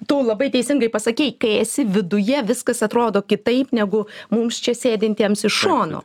tu labai teisingai pasakei kai esi viduje viskas atrodo kitaip negu mums čia sėdintiems iš šono